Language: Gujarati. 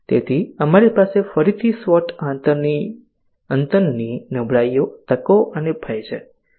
તેથી અમારી પાસે ફરીથી SWOT અંતરની નબળાઇઓ તકો અને ભય છે